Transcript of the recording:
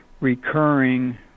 recurring